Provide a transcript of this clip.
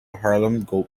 harlem